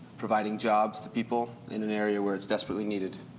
providing jobs to people in an area where it's desperately needed.